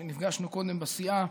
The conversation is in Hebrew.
כשנפגשנו קודם בסיעה,